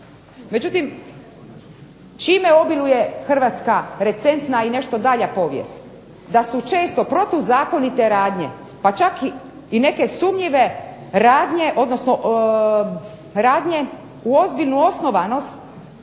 Međutim čime obiluje hrvatska recentna i nešto dalja povijest, da su često protuzakonito radnje, pa čak i neke sumnjive radnje, odnosno